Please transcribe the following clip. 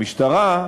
המשטרה,